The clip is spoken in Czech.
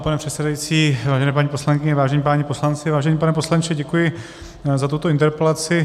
Vážený pane předsedající, vážené paní poslankyně, vážení páni poslanci, vážený pane poslanče, děkuji za tuto interpelaci.